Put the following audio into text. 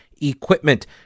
equipment